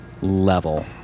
Level